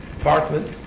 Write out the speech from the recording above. apartment